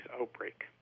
outbreak